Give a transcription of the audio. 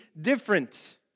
different